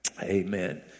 amen